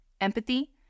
empathy